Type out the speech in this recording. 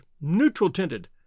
neutral-tinted